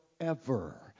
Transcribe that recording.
forever